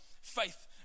faith